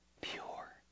pure